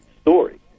story